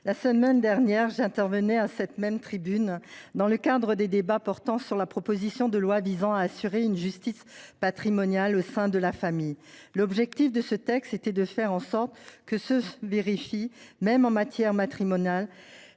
la semaine dernière, j’intervenais à cette même tribune dans le cadre de l’examen de la proposition de loi visant à assurer une justice patrimoniale au sein de la famille. L’objectif de ce texte était de faire en sorte que se vérifie, même en matière matrimoniale,